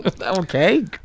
Okay